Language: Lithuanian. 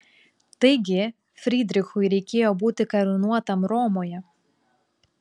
taigi frydrichui reikėjo būti karūnuotam romoje